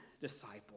disciple